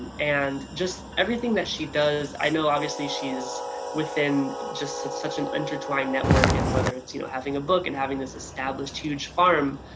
and just everything that she does i know obviously she's within just such such an intertwined network and whether it's you know having a book and having this established huge farm,